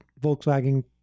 Volkswagen